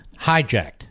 hijacked